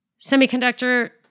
semiconductor